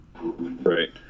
Right